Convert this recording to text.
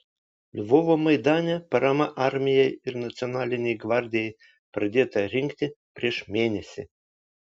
lvovo maidane parama armijai ir nacionalinei gvardijai pradėta rinkti prieš mėnesį